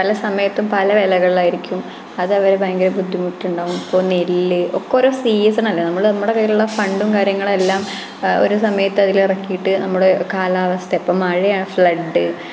പല സമയത്തും പല വിലകളായിരിക്കും അതവരെ ഭയങ്കര ബുദ്ധിമുട്ടുണ്ടാവും ഇപ്പോള് നെല്ല് ഒക്കെ ഓരോ സീസണല്ലേ നമ്മള് നമ്മുടെ പേരിലുള്ള ഫണ്ടും കാര്യങ്ങളെല്ലാം ഒരു സമയത്ത് അതില് ഇറക്കിയിട്ട് നമ്മള് കാലാവസ്ഥ ഇപ്പോള് മഴയാണ് ഫ്ളഡ്